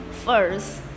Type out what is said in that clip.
First